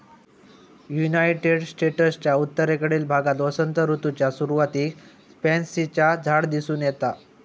United स्टेट्सच्या उत्तरेकडील भागात वसंत ऋतूच्या सुरुवातीक पॅन्सीचा झाड दिसून येता